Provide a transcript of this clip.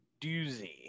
doozy